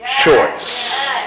choice